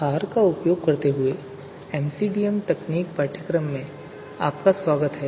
are का प्रयोग करते हुई एमसीडीएम तकनीक पाठ्यक्रम में आपका स्वागत है